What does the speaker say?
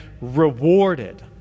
rewarded